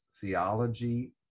theology